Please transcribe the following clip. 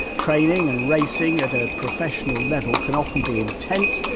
training and racing at a professional level can often be intense,